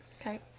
Okay